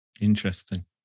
interesting